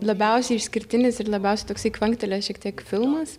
labiausiai išskirtinis ir labiausiai toksai kvanktelėjęs šiek tiek filmas